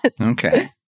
Okay